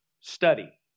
study